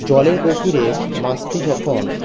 জলের গভীরে মাছটি যখন